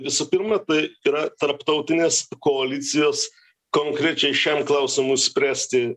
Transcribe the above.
visų pirma tai yra tarptautinės koalicijos konkrečiai šiam klausimui spręsti